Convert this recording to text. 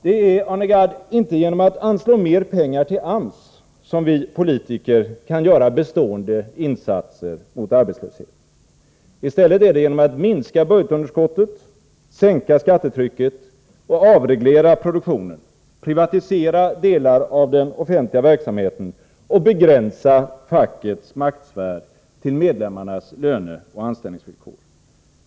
Det är, Arne Gadd, inte genom att anslå mer pengar till AMS som vi politiker kan göra bestående insatser mot arbetslösheten. Det är i stället genom att minska budgetunderskottet, sänka skattetrycket och avreglera produktionen, genom att privatisera delar av den offentliga verksamheten och begränsa fackets maktsfär till medlemmarnas löneoch anställningsvillkor som vi kan göra detta.